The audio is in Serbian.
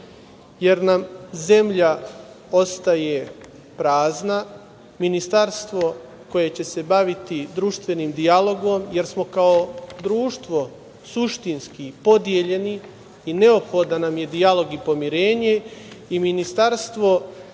jer nam zemlja ostaje prazna, ministarstvo koje će se baviti društvenim dijalogom, jer smo kao društvo suštinski podeljeni i neophodan nam je dijalog i pomirenje i Ministarstvo